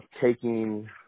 taking